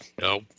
no